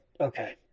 Okay